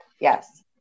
Yes